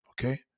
Okay